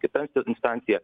kita instancija